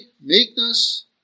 meekness